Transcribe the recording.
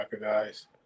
guys